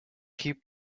keep